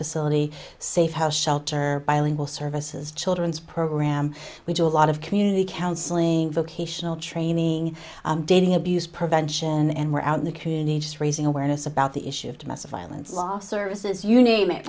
facility safe house shelter bilingual services children's program we do a lot of community counseling vocational training dating abuse prevention and we're out in the community just raising awareness about the issue of domestic violence law services you name it